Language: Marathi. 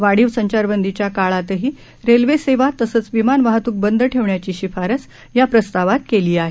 वाढीव संचारबंदीच्या काळातही रेल्वे सेवा तसंच विमान वाहतूक बंद ठेवण्याची शिफारस या प्रस्तावात केली आहे